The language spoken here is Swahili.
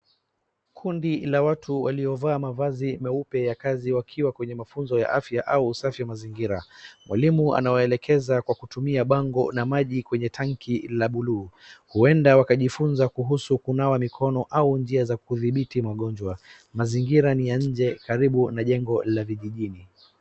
Kundi la watu waliovaa mavazi meupe ya kazi wakiwa kwenye mafunzo ya afya au usafi wa mazingira. Mwalimu anawaelekeza kwa kutumia bango na maji kwenye tangi la blue . Uenda wakajifunza kuhusu kunawa mikona au njia za kuthibiti magonjwa. Mazingira ni ya nje karibu na jengo la vijijini.